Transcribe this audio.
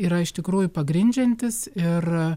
yra iš tikrųjų pagrindžiantys ir